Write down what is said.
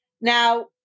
Now